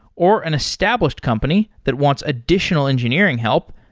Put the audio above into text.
or an established company that wants additional engineering help,